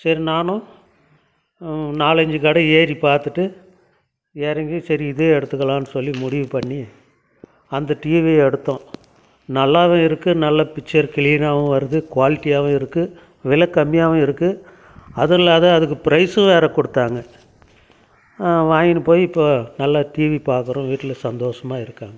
சரி நானும் நாலஞ்சு கடை ஏறி பார்த்துட்டு வேறு எங்கேயும் சரி இதே எடுத்துக்கலாம்னு சொல்லி முடிவு பண்ணி அந்த டிவியை எடுத்தோம் நல்லாவும் இருக்கு நல்ல பிச்சர் கிளீனாகவும் வருது குவாலிட்டியாகவும் இருக்கு விலை கம்மியாகவும் இருக்கு அதுவும் இல்லாத அதுக்கு ப்ரைஸும் வேறு கொடுத்தாங்க வாங்கின்னு போய் இப்போ நல்லா டிவி பார்க்குறோம் வீட்டில் சந்தோஷமாக இருக்காங்க